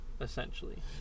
essentially